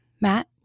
Matt